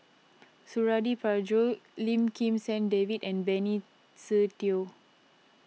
Suradi Parjo Lim Kim San David and Benny Se Teo